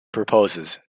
proposes